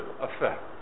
effect